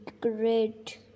great